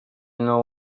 nou